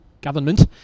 government